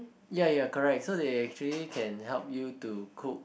ya you are correct so they actually can help you to cook